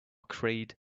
creed